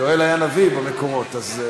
יואל היה נביא, במקורות.